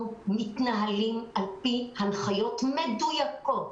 אנחנו מתנהלים על פי הנחיות מדויקות.